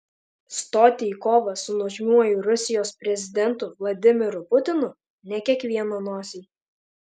stoti į kovą su nuožmiuoju rusijos prezidentu vladimiru putinu ne kiekvieno nosiai